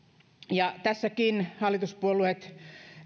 ja tässäkin hallituspuolueet